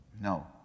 No